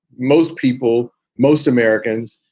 most people most americans,